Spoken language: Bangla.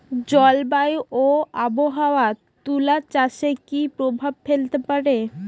জলবায়ু ও আবহাওয়া তুলা চাষে কি প্রভাব ফেলতে পারে?